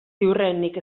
ziurrenik